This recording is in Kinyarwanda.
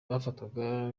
bafatwaga